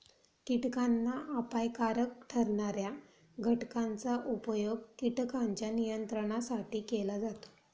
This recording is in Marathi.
कीटकांना अपायकारक ठरणार्या घटकांचा उपयोग कीटकांच्या नियंत्रणासाठी केला जातो